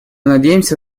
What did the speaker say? надеемся